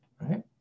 right